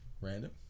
random